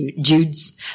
Jude's